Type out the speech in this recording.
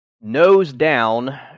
nose-down